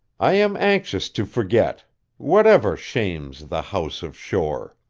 i am anxious to forget whatever shames the house of shore.